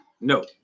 No